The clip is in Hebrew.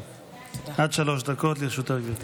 עד שלוש דקות לרשותך, גברתי.